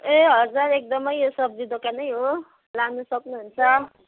ए हजुर एकदमै यो सब्जी दोकानै हो लानु सक्नुहुन्छ